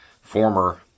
former